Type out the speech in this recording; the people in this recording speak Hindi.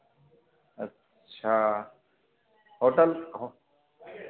अच्छा होटल